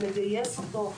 ונגייס אותו,